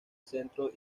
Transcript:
centro